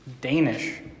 Danish